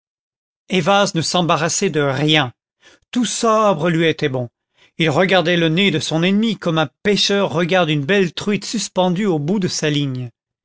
ayvaz ne s'embarrassait de rien tout sabre lui était bon il regardait le nez de son ennemi comme un pêcheur regarde une belle truite suspendue au bout de sa ligne